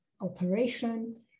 operation